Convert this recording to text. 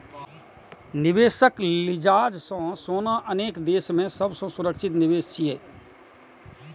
निवेशक लिजाज सं सोना अनेक देश मे सबसं सुरक्षित निवेश छियै